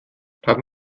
haben